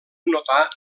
notar